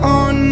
on